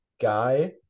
guy